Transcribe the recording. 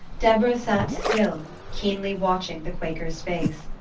deborah sat still, keenly watching the quaker's face.